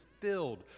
filled